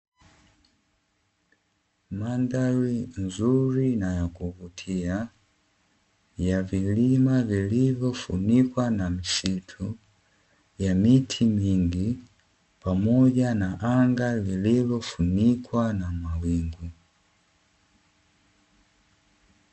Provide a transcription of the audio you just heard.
Mandhari nzuri na ya kuvutia, ya vilima vilivyofunikwa na msitu, ya miti mingi, pamoja na anga liliofunikwa na mawingu.